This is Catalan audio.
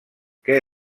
que